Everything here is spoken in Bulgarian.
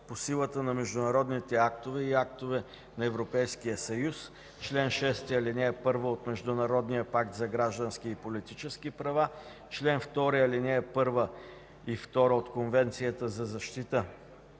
по силата на международни актове и актове на Европейския съюз (чл. 6, ал. 1 от Международния пакт за граждански и политически права; чл. 2, алинеи 1 и 2 от Конвенцията за защита